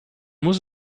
muss